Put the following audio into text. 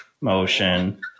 motion